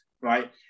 right